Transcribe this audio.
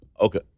okay